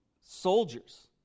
soldiers